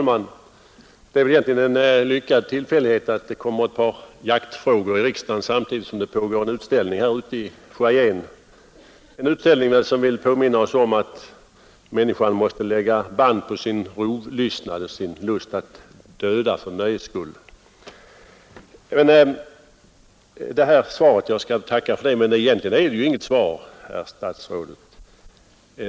Herr talman! En lycklig tillfällighet gör att det kommer upp ett par jaktfrågor här i riksdagen, samtidigt som det pågår en utställning ute i riksdagshusets foajé, en utställning som vill påminna oss om att människan måste lägga band på sin rovlystnad och sin lust att döda för nöjes skull, Sedan skulle jag väl också tacka för det lämnade svaret, men egentligen är det ju inte något svar, herr statsråd.